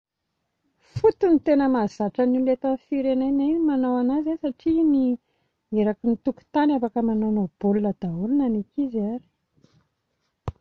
Foot no tena mahazatra ny olona eto amin'ny firenenay ny manao an'azy a satria iny eraky ny tokontany afaka manaonao baolina daholo na ny ankizy ary